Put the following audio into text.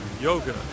yoga